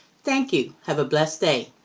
thank you. have a blessed day